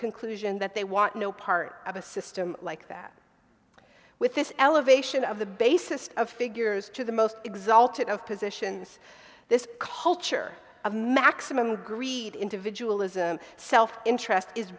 conclusion that they want no part of a system like that with this elevation of the basis of figures to the most exalted of positions this culture of maximum greed individual ism self interest is